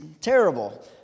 terrible